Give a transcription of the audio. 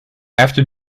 after